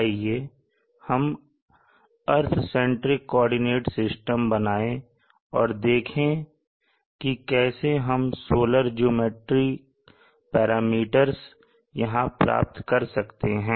आइए हम earth centric coordinate system बनाएं और देखें कि कैसे हम सोलर ज्योमैट्रिक पैरामीटर्स यहां प्राप्त कर सकते हैं